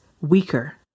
weaker